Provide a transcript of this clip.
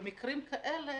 במקרים כאלה